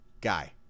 guy